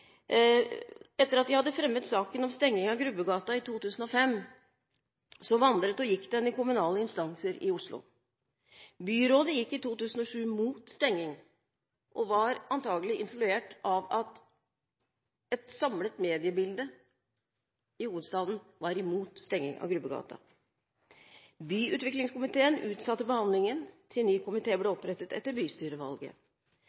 vandret og gikk den i kommunale instanser i Oslo. Byrådet gikk i 2007 imot stenging og var antakelig influert av at et samlet mediebilde i hovedstaden var imot stenging av Grubbegata. Byutviklingskomiteen utsatte behandlingen til ny komité ble